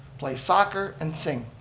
play soccer and sing.